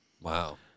Wow